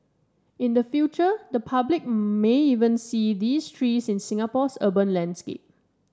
in the future the public may even see these trees in Singapore's urban landscape